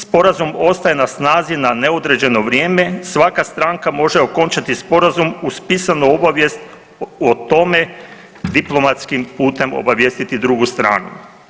Sporazum ostaje na snazi na neodređeno vrijeme, svaka stranka može okončati Sporazum uz pisanu obavijest o tome diplomatskim putem obavijestiti drugu stranu.